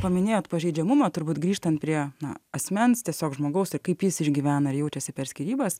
paminėjot pažeidžiamumą turbūt grįžtant prie na asmens tiesiog žmogaus ir kaip jis išgyvena ir jaučiasi per skyrybas